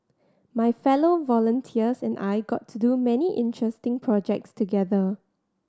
my fellow volunteers and I got to do many interesting projects together